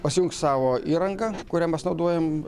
pasijungs savo įrangą kurią mes naudojam